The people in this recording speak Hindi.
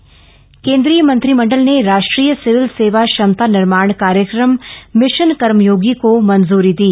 मिशन कर्मयोगी केन्द्रीय मंत्रिमंडल ने राष्ट्रीय सिविल सेवा क्षमता निर्माण कार्यक्रम मिशन कर्मयोगी को मंजूरी दी